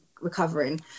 recovering